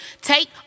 Take